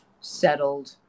settled